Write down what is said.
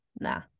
nah